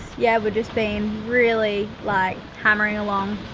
yeah, we're just been really like hammering along.